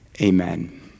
Amen